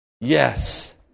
Yes